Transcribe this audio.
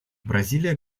бразилия